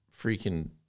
freaking